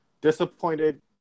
Disappointed